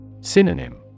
Synonym